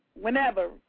whenever